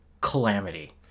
calamity